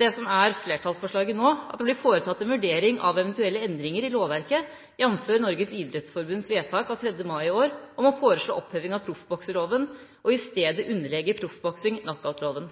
det som er flertallsforslaget nå, om at det blir foretatt en vurdering av eventuelle endringer i lovverket, jf. Norges idrettsforbunds vedtak av 3. mai i år, om å foreslå oppheving av proffbokserloven og i stedet underlegge proffboksing knockoutloven.